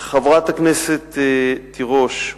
חברת הכנסת תירוש,